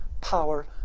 power